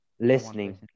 Listening